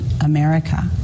America